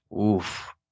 Oof